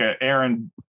Aaron